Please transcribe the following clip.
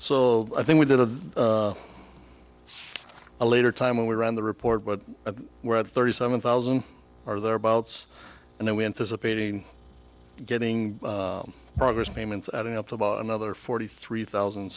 so i think we did a a later time when we ran the report but we're at thirty seven thousand or thereabouts and we anticipating getting progress payments adding up to about another forty three thousand